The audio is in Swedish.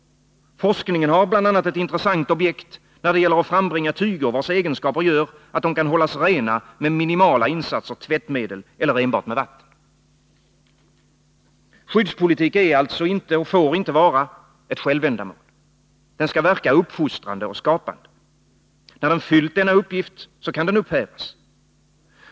Forskningen har bl.a. ett intressant objekt, när det gäller att frambringa tyger, vilkas egenskaper gör att de kan hållas rena med minimala insatser av tvättmedel eller enbart med vatten. Skyddspolitiken är alltså och får inte vara ett självändamål. Den skall verka uppfostrande och skapande. När den fyllt denna uppgift kan den upphävas.